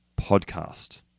PODCAST